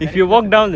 very close to tekka